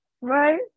right